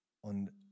Und